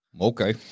Okay